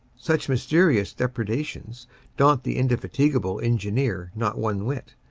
such mysterious depredations daun-t the indefatigable engineer not one whit.